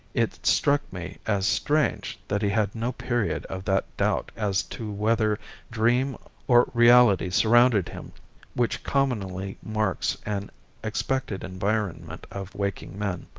it struck me as strange that he had no period of that doubt as to whether dream or reality surrounded him which commonly marks an expected environment of waking men.